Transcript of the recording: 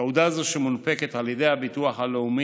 תעודה זו, שמונפקת על ידי הביטוח הלאומי